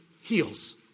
heals